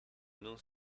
non